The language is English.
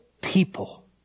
people